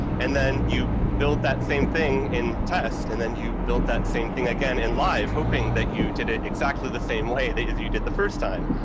and then you build that same thing in test, and then you build that same thing again in live, hoping that you did it exactly the same way that you did the first time.